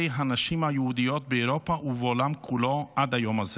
הנשים היהודיות באירופה ובעולם כולו עד היום הזה.